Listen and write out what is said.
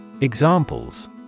Examples